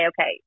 okay